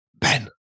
Ben